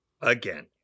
Again